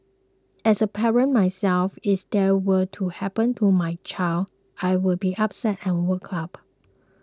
as a parent myself if this were to happen to my child I would be upset and worked up